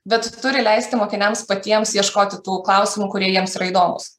bet turi leisti mokiniams patiems ieškoti tų klausimų kurie jiems yra įdomūs